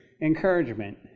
encouragement